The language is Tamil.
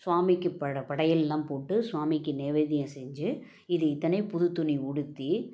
ஸ்வாமிக்கு பட படையெல்லாம் போட்டு ஸ்வாமிக்கு நெய்வேத்தியம் செஞ்சு இது இத்தனையும் புது துணி உடுத்தி